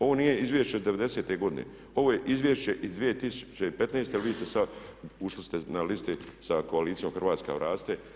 Ovo nije izvješće iz '90.-te godine, ovo je izvješće iz 2015. a vi ste sada, ušli ste na listi sa koalicijom Hrvatska raste.